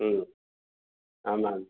ம் ஆமாம்